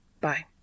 Bye